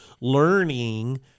learning